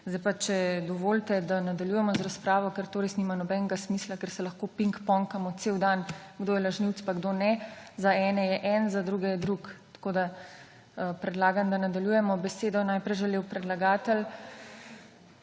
Zdaj pa, če dovolite, da nadaljujemo z razpravo, ker to nima res nobenega smisla, ker se lahko pingpongamo cel dan, kdo je lažnivec in kdo ne. Za ene je eden, za druge je drugi. Tako da predlagam, da nadaljujemo. Besedo je najprej želel predlagatelj.